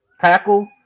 tackle